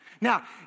Now